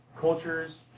cultures